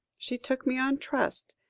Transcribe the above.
she took me on trust,